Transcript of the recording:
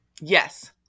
Yes